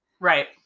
Right